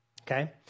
Okay